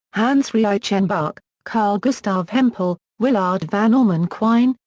hans reichenbach, carl gustav hempel, willard van orman quine,